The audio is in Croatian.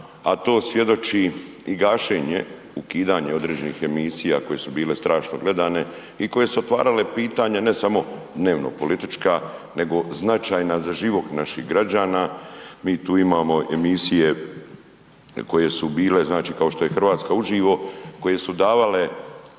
a to svjedoči i gašenje, ukidanje određenih emisija koje su bile strašno gledane i koje su otvarale pitanje ne samo dnevno politička, nego značajna za život naših građana, mi tu imamo emisije koje su bile znači kao što je Hrvatska uživo koje su davale